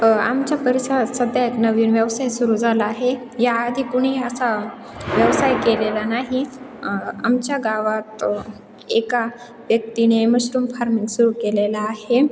आमच्या परिसरात सध्या एक नवीन व्यवसाय सुरू झाला आहे याआधी कुणी असा व्यवसाय केलेला नाही आमच्या गावात एका व्यक्तीने मशरूम फार्मिंग सुरू केलेला आहे